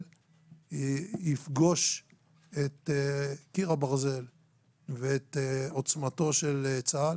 יפגוש את קיר הברזל ואת עוצמתו של צה"ל